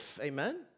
Amen